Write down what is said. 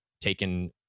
taken